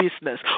business